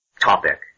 topic